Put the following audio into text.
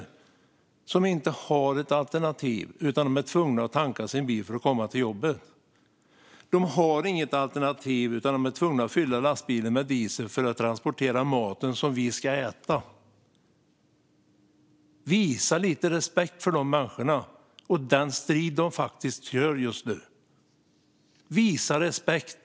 De har inte något alternativ, utan de är tvungna att tanka sin bil för att komma till jobbet. De har inget alternativ, utan de är tvungna att fylla lastbilen med diesel för att transportera maten som vi ska äta. Visa lite respekt för dessa människor och för den strid de utkämpar just nu. Visa respekt!